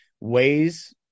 ways